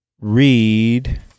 read